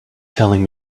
telling